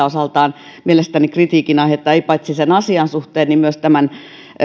osaltaan mielestäni kritiikin aihetta paitsi sen asian suhteen niin myös tämän